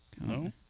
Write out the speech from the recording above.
No